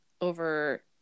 Over